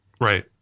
Right